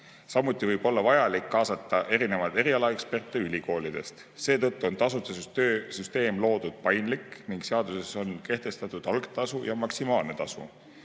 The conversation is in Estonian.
samuti võib olla vajalik kaasata erinevaid eksperte ülikoolidest. Seetõttu on tasude süsteem paindlik ning seaduses on kehtestatud algtasu ja maksimaalne tasu.